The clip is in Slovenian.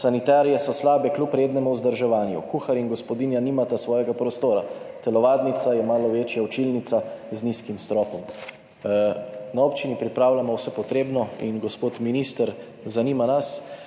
Sanitarije so slabe kljub rednemu vzdrževanju. Kuhar in gospodinja nimata svojega prostora. Telovadnica je malo večja učilnica z nizkim stropom. Na občini pripravljamo vse potrebno. Gospod minister, zanima nas: